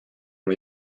oma